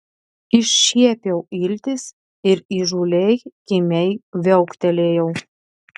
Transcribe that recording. iššiepiau iltis ir įžūliai kimiai viauktelėjau